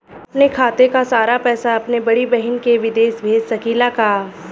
अपने खाते क सारा पैसा अपने बड़ी बहिन के विदेश भेज सकीला का?